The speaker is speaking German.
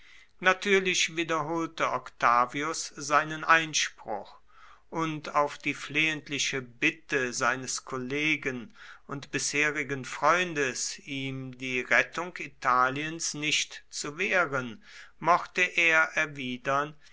natürlich wiederholte octavius seinen einspruch und auf die flehentliche bitte seines kollegen und bisherigen freundes ihm die rettung italiens nicht zu wehren mochte er